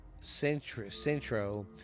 Centro